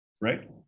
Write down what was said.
right